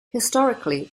historically